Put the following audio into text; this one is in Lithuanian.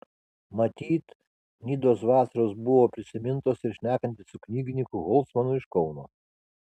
matyt nidos vasaros buvo prisimintos ir šnekantis su knygininku holcmanu iš kauno